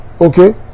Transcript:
Okay